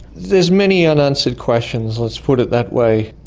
there's many unanswered questions, let's put it that way.